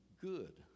good